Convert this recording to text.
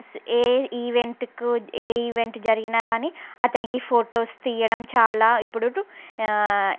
ఏ ఈవెంట్కు ఏ ఈవెంట్ జరిగినా కానీ అతనికి ఫొటోస్ తీయడం చాలా ఇప్పుడు